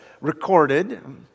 recorded